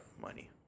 money